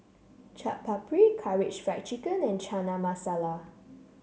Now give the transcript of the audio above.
Chaat Papri Karaage Fried Chicken and Chana Masala